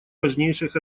важнейших